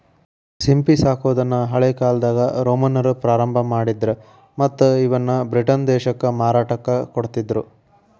ಸಿಂಪಿ ಸಾಕೋದನ್ನ ಹಳೇಕಾಲ್ದಾಗ ರೋಮನ್ನರ ಪ್ರಾರಂಭ ಮಾಡಿದ್ರ ಮತ್ತ್ ಇವನ್ನ ಬ್ರಿಟನ್ ದೇಶಕ್ಕ ಮಾರಾಟಕ್ಕ ಕೊಡ್ತಿದ್ರು